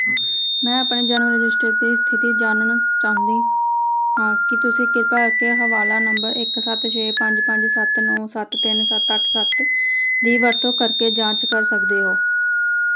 ਮੈਂ ਆਪਣੀ ਜਨਮ ਰਜਿਸਟ੍ਰੇਸ਼ਨ ਦੀ ਸਥਿਤੀ ਜਾਣਨਾ ਚਾਹੁੰਦੀ ਹਾਂ ਕੀ ਤੁਸੀਂ ਕਿਰਪਾ ਕਰਕੇ ਹਵਾਲਾ ਨੰਬਰ ਇੱਕ ਸੱਤ ਛੇ ਪੰਜ ਪੰਜ ਸੱਤ ਨੌਂ ਸੱਤ ਤਿੰਨ ਸੱਤ ਅੱਠ ਸੱਤ ਦੀ ਵਰਤੋਂ ਕਰਕੇ ਜਾਂਚ ਕਰ ਸਕਦੇ ਹੋ